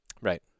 Right